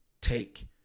take